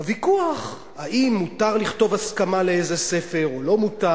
הוויכוח אם מותר לכתוב הסכמה לאיזה ספר או לא מותר,